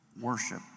worship